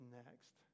next